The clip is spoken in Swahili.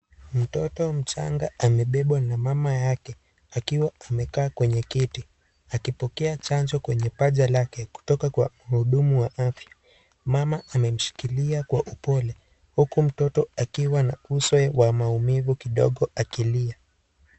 Mtoto mdogo amebebwa na mama yake akiwa amekaa kwenye kiti akipokea chanjo kwenye paja lake kutoka kwa muhudumu wa afya, mama amemshikilia kwa upole huku mtoto akiwa na uso wa maumivu kidogo akilia.